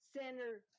center